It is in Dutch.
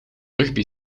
rugby